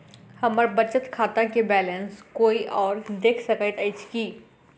हम्मर बचत खाता केँ बैलेंस कोय आओर देख सकैत अछि की